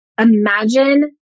Imagine